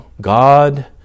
God